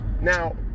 now